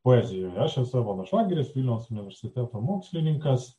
poezijoje aš esu evaldas švagerisvilniaus universiteto mokslininkas